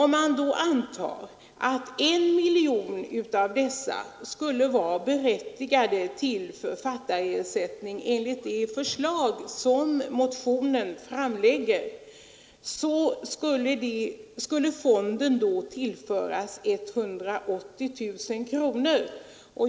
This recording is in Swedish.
Om man då antar att I miljon av dessa skulle berättigat till författarersättning enligt det förslag som motionen framlägger så skulle fonden tillföras 180 000 kronor.